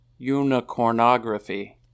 Unicornography